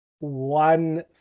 One